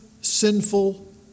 sinful